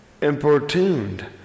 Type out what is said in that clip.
importuned